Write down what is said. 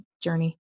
journey